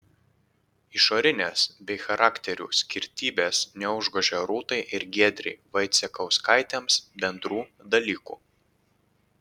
išorinės bei charakterių skirtybės neužgožia rūtai ir giedrei vaicekauskaitėms bendrų dalykų